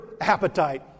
appetite